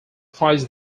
fights